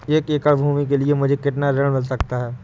एक एकड़ भूमि के लिए मुझे कितना ऋण मिल सकता है?